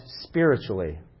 spiritually